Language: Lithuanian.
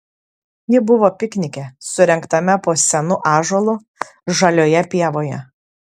ji buvo piknike surengtame po senu ąžuolu žalioje pievoje